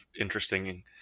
interesting